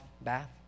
bath